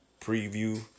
preview